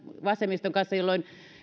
vasemmiston kanssa jolloin